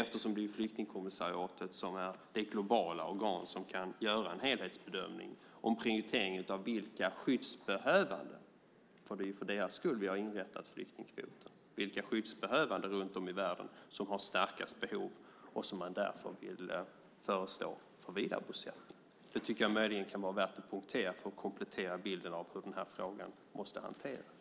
Det är flyktingkommissariatet som är det globala organ som kan göra en helhetsbedömning i prioriteringen av vilka skyddsbehövande - det är för deras skull vi har inrättat flyktingkvoten - runt om i världen som har starkast behov och som man därför vill föreslå för vidarebosättning. Det kan vara värt att poängtera för att komplettera bilden av hur frågan måste hanteras.